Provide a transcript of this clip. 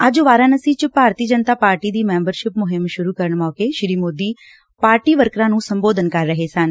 ਅੱਜ ਵਾਰਾਨਸੀ ਚ ਭਾਰਤੀ ਜਨਤਾ ਪਾਰਟੀ ਦੀ ਮੈਬਰਸ਼ਿਪ ਮੁਹਿੰਮ ਸੁਰੂ ਕਰਨ ਮੋਕੇ ਸ੍ਰੀ ਮੋਦੀ ਪਾਰਟੀ ਵਰਕਰਾ ਨੂੰ ਸੰਬੋਧਨ ਕਰ ਰਹੇ ਸਨ